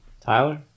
Tyler